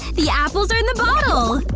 the apples are in the bottle!